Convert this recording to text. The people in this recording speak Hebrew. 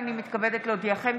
הינני מתכבדת להודיעכם,